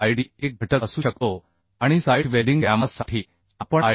25घटक असू शकतो आणि साइट वेल्डिंग गॅमा साठी आपण 1